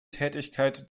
tätigkeit